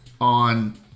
on